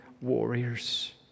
warriors